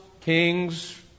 kings